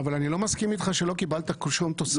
אבל אני לא מסכים איתך שלא קיבלת שום תוספת.